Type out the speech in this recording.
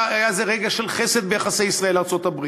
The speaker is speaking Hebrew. היה איזה רגע של חסד ביחסי ישראל ארצות-הברית,